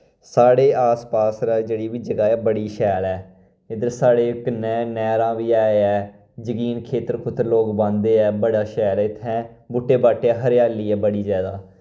साढ़े आस पास रै जेह्ड़ी वी जगाह् ऐ बड़ी शैल ऐ इध्दर साढ़े कन्नै नैह्रां वी ऐ यै जगीन खेत्तर खुत्तर लोग बाह्दे ऐ बड़ा शैल ऐ इत्थें बूह्टे बाह्टे हरियाली ऐ बड़ी जैदा